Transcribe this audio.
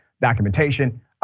documentation